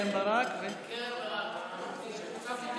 חברת הכנסת קרן ברק וחברת הכנסת